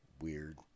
Weird